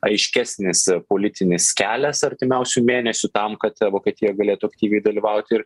aiškesnis politinis kelias artimiausių mėnesių tam kad vokietija galėtų aktyviai dalyvauti ir